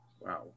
Wow